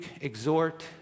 exhort